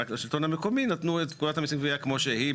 רק לשלטון המקומי נתנו את פקודת המיסים (גבייה) כמו שהיא,